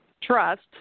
trust